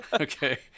Okay